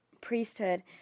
priesthood